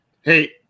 Hey